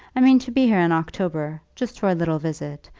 i mean to be here in october, just for a little visit,